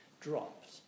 dropped